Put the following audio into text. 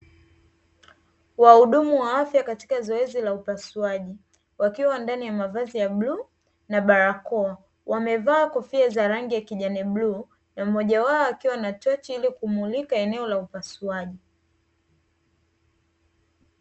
Wahudumu wa afya katika zoezi la upasuaji wakiwa ndani ya mavazi ya bluu na barakoa, wamevaa kofia za rangi ya kijani bluu na mmoja wao akiwa na tochi ili kumulika eneo la upasuaji.